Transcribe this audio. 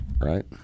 right